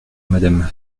madame